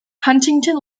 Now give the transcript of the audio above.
huntington